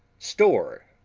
store,